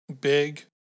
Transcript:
big